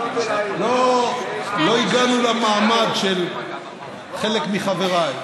לא הגענו למעמד של חלק מחבריי,